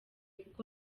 kuko